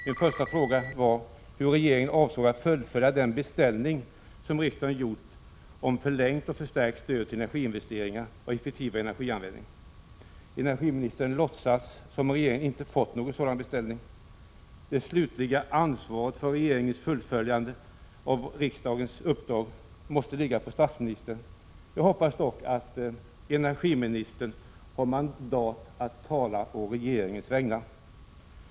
Min första fråga gällde hur regeringen avsåg att fullfölja den beställning som riksdagen gjort om förlängt och förstärkt stöd till energiinvesteringar och effektivare energianvändning. Energiministern låtsas som om regeringen inte fått någon sådan beställning. Det slutliga ansvaret för regeringens fullföljande av riksdagens uppdrag måste ligga på statsministern. Jag hoppas dock att energiministern har mandat att tala å regeringens vägnar.